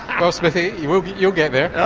well smithy you will you will get there.